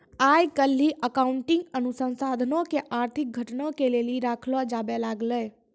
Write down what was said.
आइ काल्हि अकाउंटिंग अनुसन्धानो के आर्थिक घटना के लेली रखलो जाबै लागलै